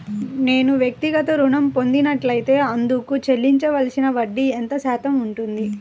నేను వ్యక్తిగత ఋణం పొందినట్లైతే అందుకు చెల్లించవలసిన వడ్డీ ఎంత శాతం ఉంటుంది?